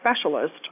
specialist